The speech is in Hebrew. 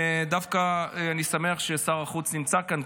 ואני דווקא שמח ששר החוץ נמצא כאן,